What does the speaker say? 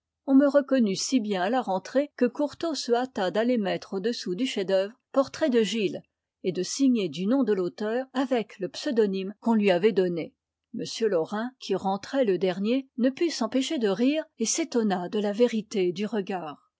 on me reconnut si bien à la rentrée que courtot se hâta d'aller mettre au-dessous du chef-d'œuvre portrait de gilles et de signer du nom de l'auteur avec le pseudonyme qu'on lui avait donné m laurin qui rentrait le dernier ne put s'empêcher de rire et s'étonna de la vérité du regard